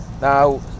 Now